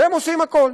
והם עושים הכול: